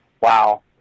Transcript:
wow